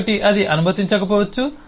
1 అది అనుమతించకపోవచ్చు